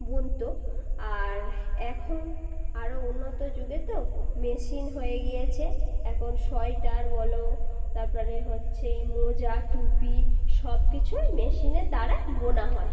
বুনতো আর এখন আরও উন্নত যুগে তো মেশিন হয়ে গিয়েছে এখন সোয়েটার বলো তারপরে হচ্ছে মোজা টুপি সব কিছুই মেশিনে তা বোনা হয়